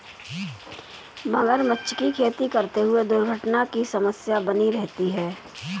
मगरमच्छ की खेती करते हुए दुर्घटना की समस्या बनी रहती है